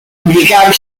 indycar